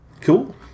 Cool